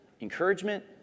encouragement